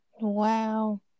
Wow